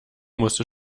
muss